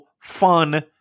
fun